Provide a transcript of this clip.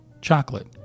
chocolate